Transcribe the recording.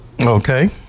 Okay